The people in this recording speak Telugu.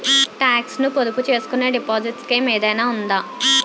టాక్స్ ను పొదుపు చేసుకునే డిపాజిట్ స్కీం ఏదైనా ఉందా?